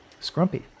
Scrumpy